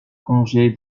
congé